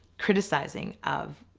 criticizing of